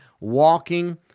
walking